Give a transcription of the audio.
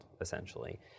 essentially